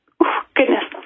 Goodness